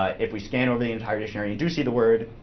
ah if we scan over the entire dictionary and do see the word,